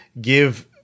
give